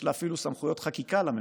יש לה אפילו סמכויות חקיקה, לממשלה,